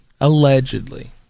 Allegedly